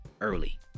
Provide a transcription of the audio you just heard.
early